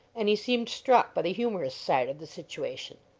and he seemed struck by the humorous side of the situation.